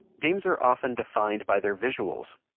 games are often defined by their visuals.